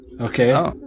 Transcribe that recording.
Okay